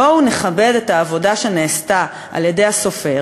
בואו נכבד את העבודה שנעשתה על-ידי הסופר,